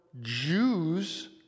Jews